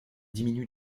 diminue